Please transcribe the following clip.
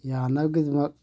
ꯌꯥꯅꯕꯒꯤꯗꯃꯛ